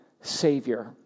Savior